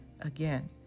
again